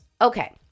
Okay